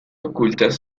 ocultas